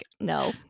no